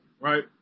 right